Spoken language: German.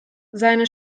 seine